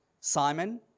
Simon